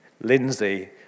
Lindsay